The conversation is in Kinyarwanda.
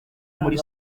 muri